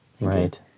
Right